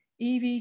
EV